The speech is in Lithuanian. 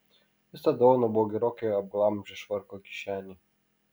jis tą dovaną buvo gerokai apglamžęs švarko kišenėj